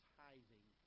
tithing